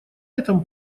этом